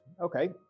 okay